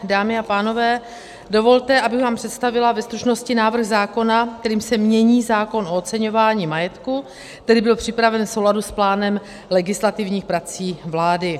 Dámy a pánové, dovolte, abych vám představila ve stručnosti návrh zákona, kterým se mění zákon o oceňování majetku, který byl připraven v souladu s plánem legislativních prací vlády.